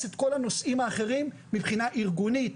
את כל הנושאים האחרים מבחינה ארגונית,